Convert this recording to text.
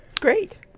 Great